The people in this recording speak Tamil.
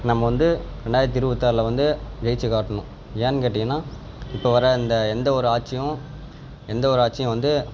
நம்ம வந்து ரெண்டாயிரத்தி இருபத்தாறுல வந்து ஜெயித்து காட்டணும் ஏன்னு கேட்டீங்கன்னால் இப்போ வர இந்த எந்த ஒரு ஆட்சியும் எந்த ஒரு ஆட்சியும் வந்து